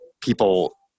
people